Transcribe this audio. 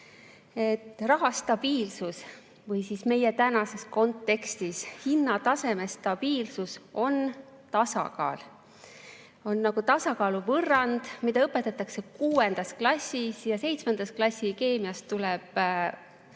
Raha stabiilsus või meie tänases kontekstis hinnataseme stabiilsus on tasakaal. On nagu tasakaaluvõrrand, mida õpetatakse kuuendas klassis, ja seitsmenda klassi keemiast tuleb